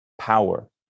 power